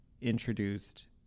introduced